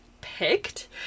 picked